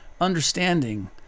understanding